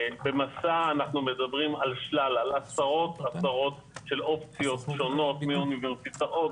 במסע מדברים על עשרות אופציות שונות מאוניברסיטאות,